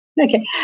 Okay